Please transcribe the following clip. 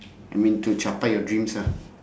I mean to capai your dreams ah